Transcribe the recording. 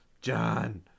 John